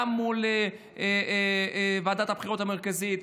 גם מול ועדת הבחירות המרכזית,